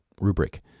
rubric